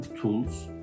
tools